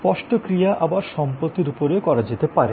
স্পষ্ট ক্রিয়া আবার সম্পত্তির উপরেও করা যেতে পারে